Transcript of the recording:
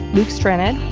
luke scranton,